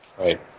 Right